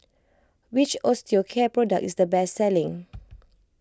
which Osteocare product is the best selling